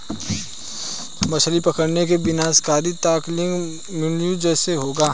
मछली पकड़ने की विनाशकारी तकनीक का उन्मूलन कैसे होगा?